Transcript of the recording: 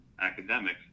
academics